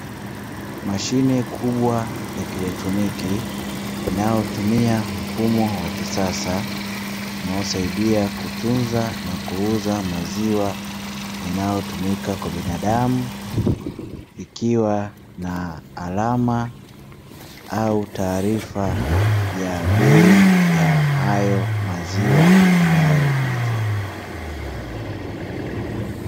Mashine kubwa ya kielektroniki inayotumia mfumo wa kisasa unaosaidia kutunza na kuuza maziwa yanayotumika kwa binadamu ikiwa na alama au taarifa ya bei ya hayo maziwa yanayouzwa.